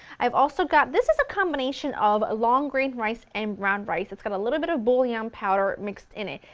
i've also got, this is a combination of long grain rice and brown rice, it's got a little bit of bullion powder mixed in it.